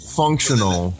functional